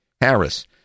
Harris